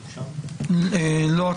לא.